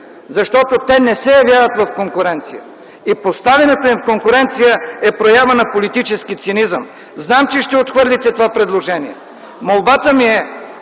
защото те не се явяват в конкуренция. Поставянето им в конкуренция е проява на политически цинизъм. Зная, че ще отхвърлите това предложение. Молбата ми е